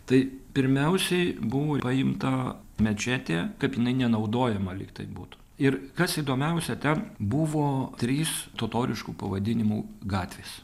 tai pirmiausiai buvo paimta mečetė kaip jinai nenaudojama lyg tai būtų ir kas įdomiausia ten buvo trys totoriškų pavadinimų gatvės